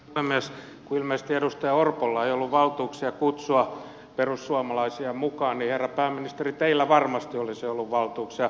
kun ilmeisesti edustaja orpolla ei ollut valtuuksia kutsua perussuomalaisia mukaan niin herra pääministeri teillä varmasti olisi ollut valtuuksia